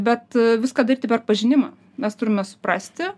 bet viską daryti per pažinimą nes turime suprasti